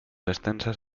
extensas